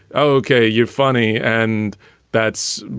oh, ok, you're funny. and that's